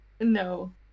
No